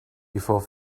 before